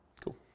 Cool